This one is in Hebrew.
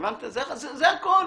זה הכול.